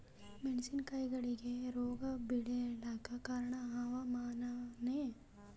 ಮೆಣಸಿನ ಕಾಯಿಗಳಿಗಿ ರೋಗ ಬಿಳಲಾಕ ಕಾರಣ ಹವಾಮಾನನೇ?